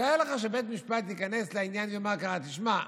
תאר לך שבית המשפט ייכנס לעניין ויאמר ככה: תשמע,